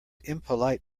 impolite